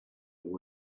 there